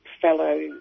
fellow